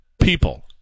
people